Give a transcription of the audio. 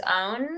own